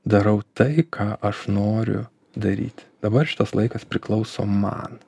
darau tai ką aš noriu daryti dabar šitas laikas priklauso man